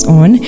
on